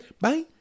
Bye